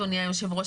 אדוני היושב-ראש,